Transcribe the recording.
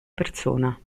persona